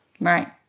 Right